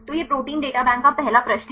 तो यह protein data bank का पहला पृष्ठ है